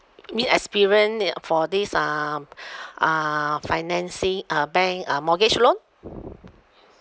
you mean experience in for this um uh financing uh bank uh mortgage loan